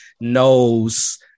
knows